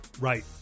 right